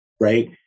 Right